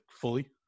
fully